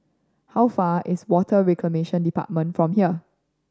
how far is Water Reclamation Department from here